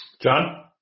John